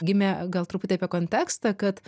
gimė gal truputį apie kontekstą kad